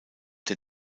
der